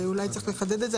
אולי צריך לחדד את זה,